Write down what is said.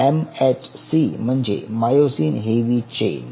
MHC म्हणजे myosin heavy chain